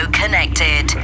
connected